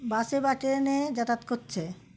বাসে বা ট্রেনে যাতায়াত করছে